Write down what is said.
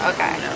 Okay